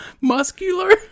Muscular